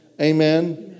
Amen